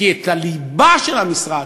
כי את הליבה של המשרד,